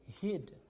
Hid